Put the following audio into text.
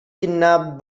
kidnapped